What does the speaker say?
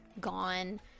gone